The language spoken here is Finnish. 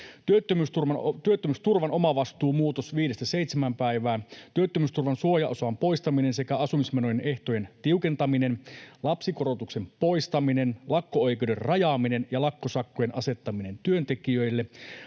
työttömyysturvan omavastuumuutos viidestä seitsemään päivään, työttömyysturvan suojaosan poistaminen sekä asumismenojen ehtojen tiukentaminen, lapsikorotuksen poistaminen, lakko-oikeuden rajaaminen ja lakkosakkojen asettaminen työntekijöille,